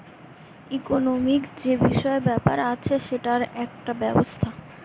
economic যে বিষয় ব্যাপার আছে সেটার একটা ব্যবস্থা